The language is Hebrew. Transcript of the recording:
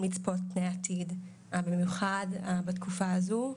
לצפות את העתיד ובמיוחד בתקופה הזו,